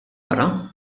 wara